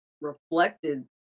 reflected